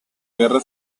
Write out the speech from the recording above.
guerra